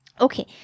Okay